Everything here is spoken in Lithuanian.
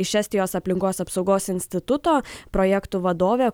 iš estijos aplinkos apsaugos instituto projektų vadovė